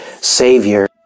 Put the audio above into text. Savior